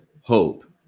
hope